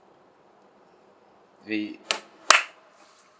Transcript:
B